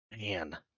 man